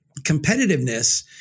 competitiveness